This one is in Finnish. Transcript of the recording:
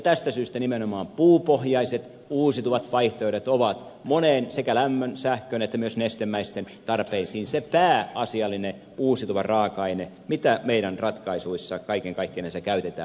tästä syystä nimenomaan puupohjaiset uusiutuvat vaihtoehdot ovat moniin sekä lämmön sähkön että myös nestemäisten tarpeisiin se pääasiallinen uusiutuva raaka aine jota meidän ratkaisuissa kaiken kaikkinensa käytetään